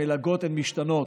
המלגות משתנות,